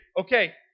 okay